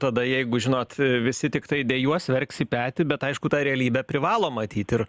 tada jeigu žinot visi tiktai dejuos verks į petį bet aišku tą realybę privalo matyt ir